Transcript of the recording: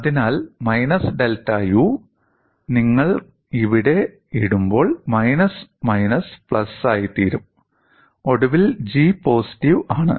അതിനാൽ minus delta U നിങ്ങൾ ഇവിടെ ഇടുമ്പോൾ മൈനസ് മൈനസ് പ്ലസ് ആയിത്തീരും ഒടുവിൽ G പോസിറ്റീവ് ആണ്